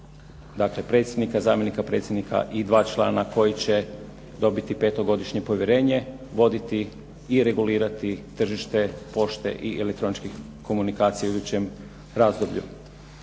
dakle predsjednika, zamjenika predsjednika i dva člana koji će dobiti petogodišnje povjerenje, voditi i regulirati tržište pošte i elektroničkih komunikacija u idućem razdoblju.